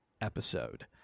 episode